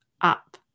up